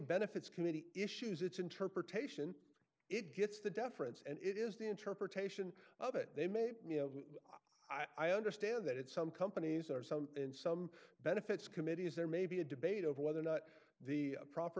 benefits committee issues its interpretation it gets the deference and it is the interpretation of it they may i understand that it's some companies or some in some benefits committee is there maybe a debate over whether or not the proper